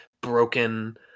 broken